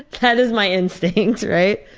that is my instinct. right?